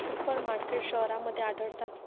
super markets शहरांमध्ये आढळतात